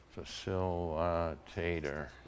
Facilitator